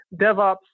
DevOps